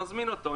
אבל נזמין אותו,